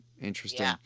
Interesting